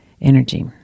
energy